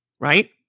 right